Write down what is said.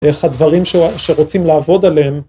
איך הדברים שרוצים לעבוד עליהם.